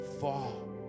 fall